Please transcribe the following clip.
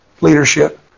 leadership